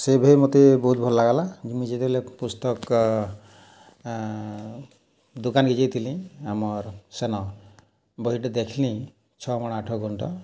ସେ ବହି ମତେ ବହୁତ୍ ଭଲ୍ ଲାଗ୍ଲା ମୁଇଁ ଯେତେବେଲେ ପୁସ୍ତକ୍ ଦୋକାନ୍କେ ଯାଇଥିଲିଁ ଆମର୍ ସେନ ବହିଟେ ଦେଖ୍ଲିଁ ଛଅ ମାଣ ଆଠ ଗୁଣ୍ଠ